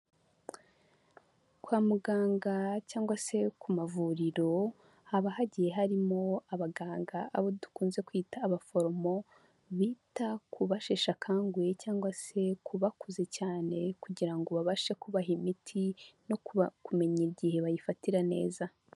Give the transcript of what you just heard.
Kwa muganga cyangwa se ku mavuriro, haba hagiye harimo abaganga abo dukunze kwita abaforomo bita kuba basheshe akanguyehe cyangwa se kubakuze cyane kugira ngo babashe kubaha imiti no kumenya igihe bayifatira neza.